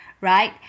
right